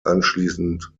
anschließend